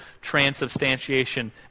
transubstantiation